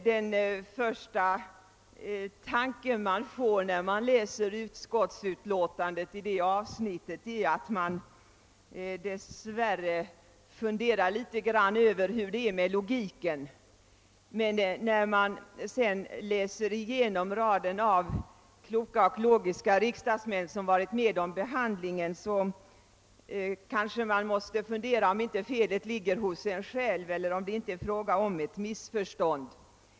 Det första man gör när man läser utskottsutlåtandet i det avsnittet är att man dessvärre börjar fundera över hur det är ställt med logiken. Men när man sedan ser raden av kloka och logiska riksdagsmän som varit med om behandlingen av detta ärende i utskottet, måste man kanske fundera om inte felet ligger hos en själv eller om det inte är fråga om ett missförstånd.